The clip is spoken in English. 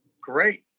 Great